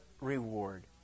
reward